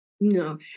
No